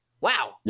Wow